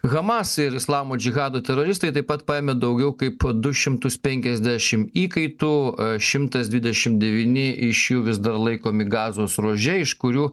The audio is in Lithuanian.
hamas ir islamo džihado teroristai taip pat paėmė daugiau kaip du šimtus penkiasdešim įkaitų šimtas dvidešim devyni iš jų vis dar laikomi gazos ruože iš kurių